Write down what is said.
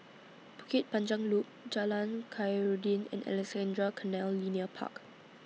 Bukit Panjang Loop Jalan Khairuddin and Alexandra Canal Linear Park